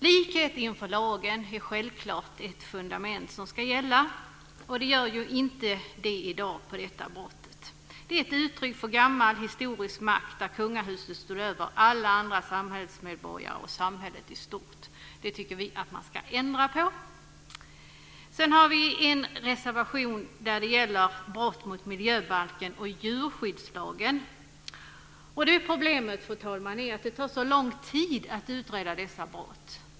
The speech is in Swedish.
Likhet inför lagen är självklart ett fundament som ska gälla. Det gör det inte i dag för detta brott. Detta är ett uttryck för gammal historisk makt där kungahuset stod över alla andra samhällsmedborgare och samhället i stort. Det tycker vi att man ska ändra på. En reservation gäller brott mot miljöbalken och djurskyddslagen. Problemet, fru talman, är att det tar så lång tid att utreda dessa brott.